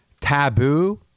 taboo